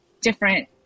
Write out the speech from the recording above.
different